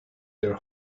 their